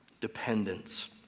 dependence